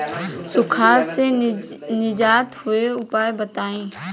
सुखार से निजात हेतु उपाय बताई?